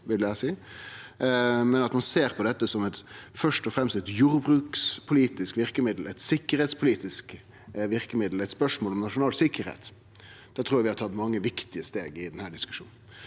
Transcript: men at ein ser på det først og fremst som eit jordbrukspolitisk verkemiddel, eit sikkerheitspolitisk verkemiddel, eit spørsmål om nasjonal sikkerheit, trur vi har tatt mange viktige steg i denne diskusjonen.